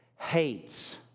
Hates